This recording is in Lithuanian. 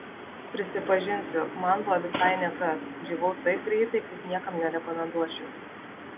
prisipažinsiu man buvo visai ne kas džiūvau taip greitai kaip niekam nerekomenduočiau